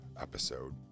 episode